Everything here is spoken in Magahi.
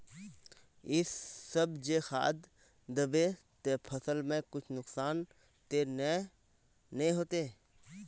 इ सब जे खाद दबे ते फसल में कुछ नुकसान ते नय ने होते